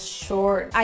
short